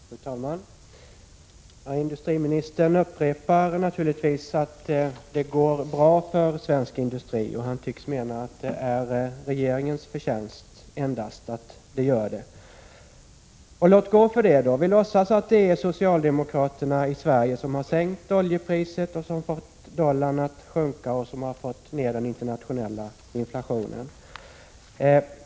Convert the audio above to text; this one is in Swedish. Fru talman! Industriministern upprepar naturligtvis att det går bra för svensk industri, och han tycks mena att detta är endast regeringens förtjänst. Och låt gå för det! Vi låtsas att det är socialdemokraterna i Sverige som har sänkt oljepriset, fått dollarn att sjunka och fått ned den internationella inflationen.